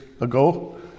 ago